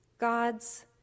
God's